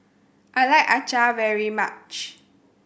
I like Acar very much